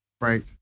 Right